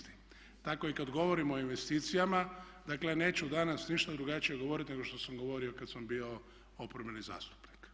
Tako i kada govorimo o investicijama, dakle neću danas ništa drugačije govoriti nego što sam govorio kada sam bio oporbeni zastupnik.